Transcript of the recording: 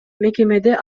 мекемеде